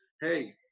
hey